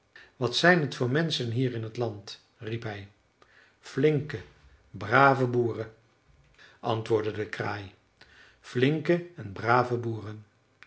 wat zijn t voor menschen hier in t land riep hij flinke brave boeren antwoordde de kraai flinke en brave boeren